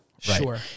Sure